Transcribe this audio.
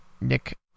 Nick